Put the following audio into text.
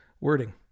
wording